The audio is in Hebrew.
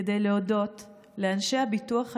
כדי להודות לאנשי הביטוח הלאומי,